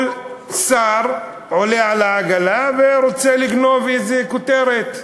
כל שר עולה על העגלה ורוצה לגנוב איזו כותרת.